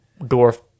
dwarf